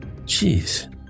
Jeez